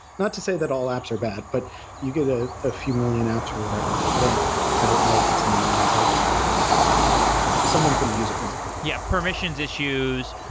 not to say that all apps are bad, but you get a ah few million apps, or whatever. i don't i don't know if it's in the millions. i have no idea how many apps are someone's going to use it wrong yeah, permissions issues,